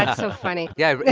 ah so funny yeah,